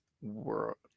World